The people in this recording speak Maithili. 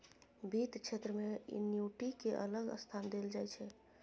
बित्त क्षेत्र मे एन्युटि केँ अलग स्थान देल जाइ छै